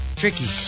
tricky